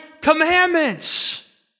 commandments